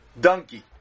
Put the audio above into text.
donkey